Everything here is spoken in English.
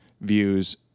views